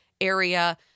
area